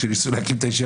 כשניסינו להקים את הישיבה,